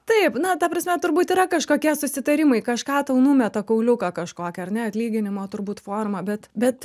taip na ta prasme turbūt yra kažkokie susitarimai kažką tau numeta kauliuką kažkokį ar ne atlyginimo turbūt forma bet bet